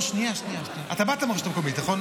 --- שנייה, אתה באת מהרשויות המקומיות, נכון?